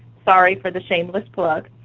sorry for the shameless plug.